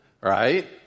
Right